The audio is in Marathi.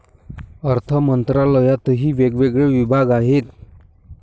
अर्थमंत्रालयातही वेगवेगळे विभाग आहेत